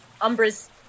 Umbra's